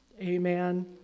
amen